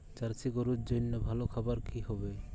Jersey গরুর জন্য ভালো খাবার কি হবে?